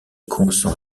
consent